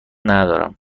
ندارم